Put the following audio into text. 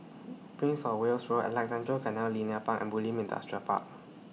Prince of Wales Road Alexandra Canal Linear Park and Bulim Industrial Park